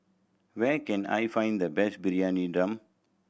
where can I find the best Briyani Dum